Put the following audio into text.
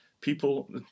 people